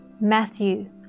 Matthew